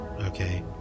Okay